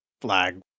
flag